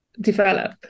develop